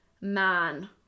man